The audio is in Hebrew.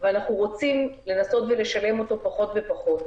ואנחנו רוצים לנסות ולשלם אותו פחות ופחות.